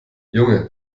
junge